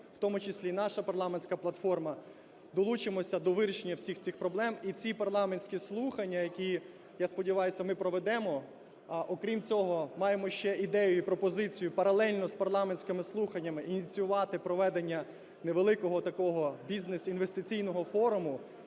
в тому числі і наша парламентська платформа, долучимося до вирішення всіх цих проблем, і ці парламентські слухання, які, я сподіваюся, ми проведемо. А, окрім цього, маємо ще ідею і пропозицію паралельно з парламентськими слуханнями ініціювати проведення невеликого такого бізнес-інвестиційного форуму.